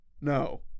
No